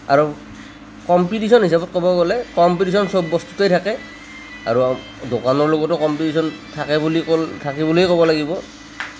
আৰু কম্পিটিশ্যন হিচাপত ক'ব গ'লে কম্পিটিশ্যন চব বস্তুতে থাকে আৰু দোকানৰ লগতো কম্পিটিশ্যন থাকে বুলি থাকে বুলিয়েই ক'ব লাগিব